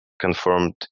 confirmed